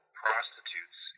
prostitutes